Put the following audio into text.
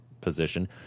position